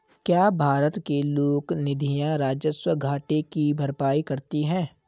क्या भारत के लोक निधियां राजस्व घाटे की भरपाई करती हैं?